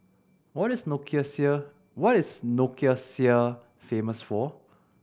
what is Nicosia what is Nicosia famous for